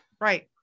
Right